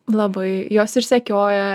labai jos ir sekioja